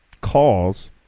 calls